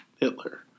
Hitler